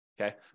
Okay